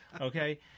Okay